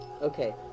Okay